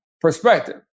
perspective